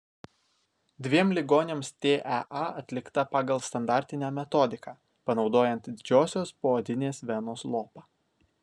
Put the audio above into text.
dviem ligoniams tea atlikta pagal standartinę metodiką panaudojant didžiosios poodinės venos lopą